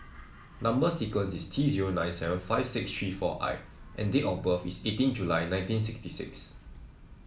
number sequence is T zero nine seven five six three four I and date of birth is eighteen July nineteen sixty six